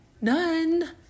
None